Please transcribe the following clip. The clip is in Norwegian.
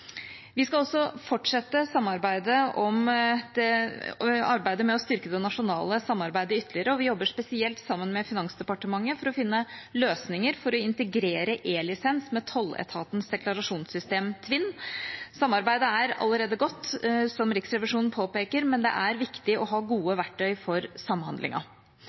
Vi skal også fortsette arbeidet med å styrke det nasjonale samarbeidet ytterligere, og vi jobber spesielt sammen med Finansdepartementet for å finne løsninger for å integrere E-lisens med tolletatens deklarasjonssystem, TVINN. Samarbeidet er allerede godt, som Riksrevisjonen påpeker, men det er viktig å ha gode verktøy for